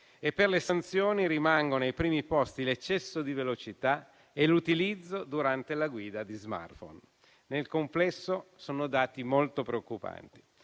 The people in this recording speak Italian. E per le sanzioni rimangono ai primi posti l'eccesso di velocità e l'utilizzo durante la guida di *smartphone*. Nel complesso, sono dati molto preoccupanti.